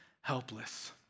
helpless